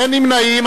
אין נמנעים.